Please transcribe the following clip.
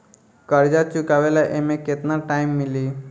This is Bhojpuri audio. कर्जा चुकावे ला एमे केतना टाइम मिली?